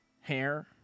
hair